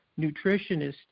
nutritionist